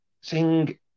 sing